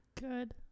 Good